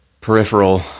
peripheral